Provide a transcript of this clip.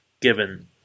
given